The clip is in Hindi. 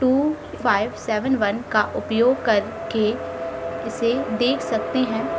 टू फाइव सेवन वन का उपयोग करके इसे देख सकते हैं